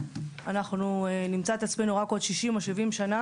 אנחנו נמצא את עצמנו רק עוד 60 או 70 שנה